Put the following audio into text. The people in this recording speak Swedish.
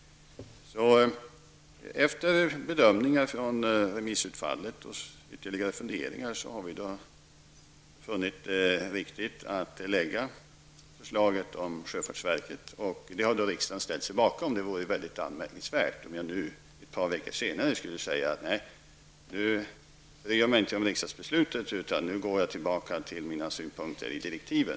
Efter bedömningar av remissutfallet och efter ytterligare funderingar har vi funnit det riktigt att lägga fram förslaget om sjöfartsverket, och detta har riksdagen ställt sig bakom. Det vore mycket anmärkningsvärt om jag nu, ett par veckor senare, skulle säga att jag inte längre bryr mig om riksdagsbeslutet utan i stället går tillbaka till mina synpunkter i direktiven.